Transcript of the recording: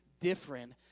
different